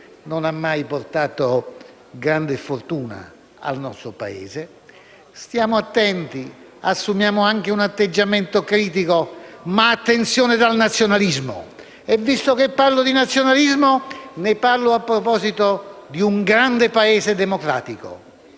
non ha mai portato grande fortuna al nostro Paese, stiamo attenti e assumiamo anche un atteggiamento critico, ma attenzione al nazionalismo. Visto che sto affrontando il tema, ne parlo a proposito di un grande Paese democratico,